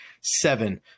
seven